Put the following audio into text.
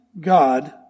God